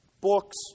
books